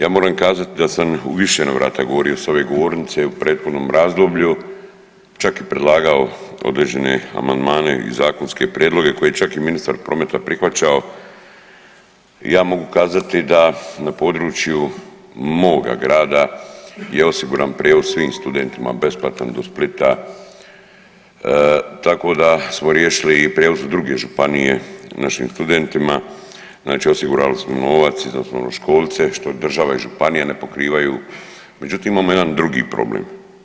Ja moram kazati da sam u više navrata govorio s ove govornice u prethodnom razdoblju, čak i predlagao određene amandmane i zakonske prijedloge koje je čak i ministar prometa prihvaćao, ja mogu kazati da na području moga grada je osiguran prijevoz svim studentima, besplatan do Splita, tako da smo riješili i prijevoz druge županije našim studentima, znači osigurali smo novac i za osnovnoškolce, što država i županija ne pokrivaju međutim imamo jedna drugi problem.